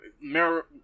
Mirror